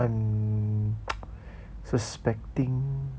I'm suspecting